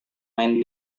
main